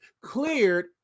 cleared